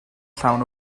llawn